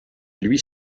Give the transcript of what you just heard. lui